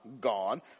gone